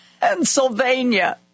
Pennsylvania